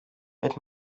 but